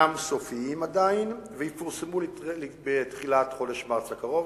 אינם סופיים ויפורסמו בתחילת חודש מרס הקרוב.